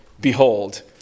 behold